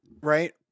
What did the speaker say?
right